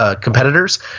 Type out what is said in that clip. Competitors